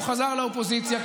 הוא חזר לאופוזיציה,